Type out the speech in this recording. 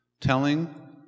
telling